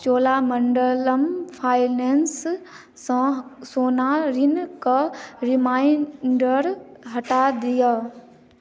चोलामंडलम फाइनेंससँ सोना ऋणके रिमाइंडर हटा दिअ